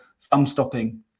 thumb-stopping